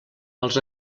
els